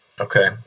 Okay